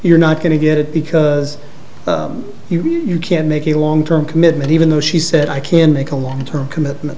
you're not going to get it because you can't make a long term commitment even though she said i can make a long term commitment